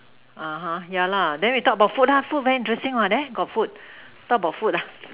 (uh huh) ya lah then we talk about food lah food very interesting what there got food talk about food lah